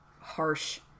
harsh